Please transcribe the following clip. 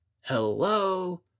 Hello